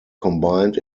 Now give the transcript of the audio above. combined